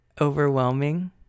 overwhelming